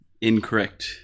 Incorrect